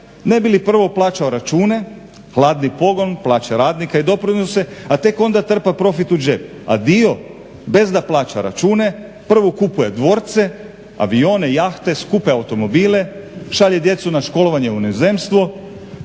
ne bi li prvo plaćao račune, hladni pogon, plaće radnika i doprinose, a tek onda trpa profit u džep, a dio bez da plaća račune prvo kupuje dvorce, avione, jahte, skupe automobile, šalje djecu na školovanje u inozemstvo